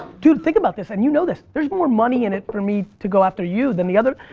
dude think about this, and you know this. there's more money in it for me to go after you than the ah the